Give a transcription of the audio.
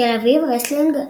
תל אביב רסלינג,